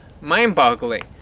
mind-boggling